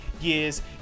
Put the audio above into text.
years